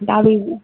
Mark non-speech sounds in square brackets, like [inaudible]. [unintelligible]